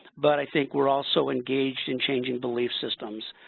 but i think we are also engaged in changing belief systems.